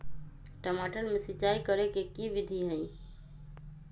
टमाटर में सिचाई करे के की विधि हई?